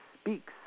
speaks